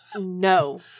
no